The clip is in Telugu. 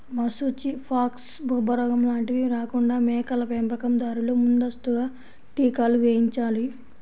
మశూచి, ఫాక్స్, బొబ్బరోగం లాంటివి రాకుండా మేకల పెంపకం దారులు ముందస్తుగా టీకాలు వేయించాలి